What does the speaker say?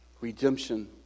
redemption